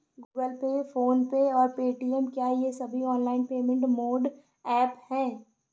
Google Pay PhonePe और Paytm क्या ये सभी ऑनलाइन पेमेंट मोड ऐप हैं?